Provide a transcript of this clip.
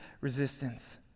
resistance